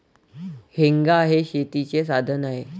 हेंगा हे शेतीचे साधन आहे